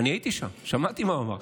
אני הייתי שם, שמעתי מה הוא אמר.